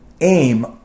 aim